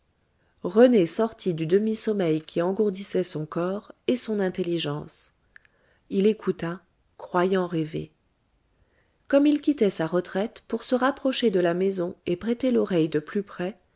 rené sortit du demi-sommeil qui engourdissait son corps et son intelligence il écouta croyant rêver comme il quittait sa retraite pour se rapprocher de la maison et prêter l'oreille de plus près